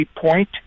Point